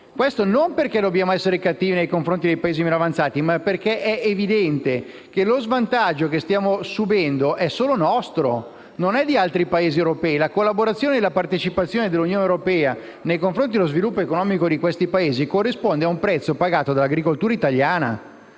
e non perché dobbiamo essere cattivi nei confronti dei Paesi meno avanzati, ma perché è evidente che lo svantaggio che stiamo subendo è solo italiano e non di altri Paesi europei. La collaborazione e la partecipazione dell'Unione europea nei confronti dello sviluppo economico di tali Paesi corrisponde a un prezzo pagato dall'agricoltura italiana,